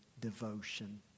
devotion